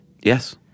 Yes